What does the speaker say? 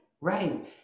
right